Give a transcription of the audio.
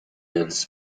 else